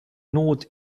not